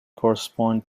correspond